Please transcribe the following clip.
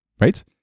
right